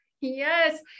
Yes